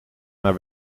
naar